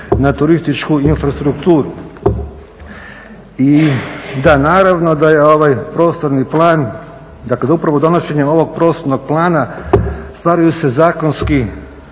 na turističku infrastrukturu. I da, naravno da je ovaj prostorni plan, dakle da upravo donošenjem ovog prostornog plana stvaraju se zakonski